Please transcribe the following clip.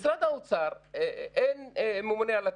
משרד האוצר, אין ממונה על התקציבים,